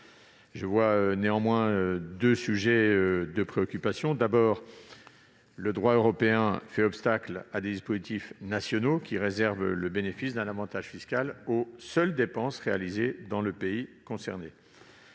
J'ai néanmoins deux sujets de préoccupation. D'une part, le droit européen fait obstacle à des dispositifs nationaux qui réservent le bénéfice d'un avantage fiscal aux seules dépenses réalisées dans le pays concerné.